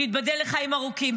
שייבדל לחיים ארוכים.